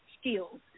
skills